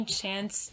chance